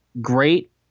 great